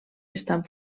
estan